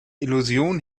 illusion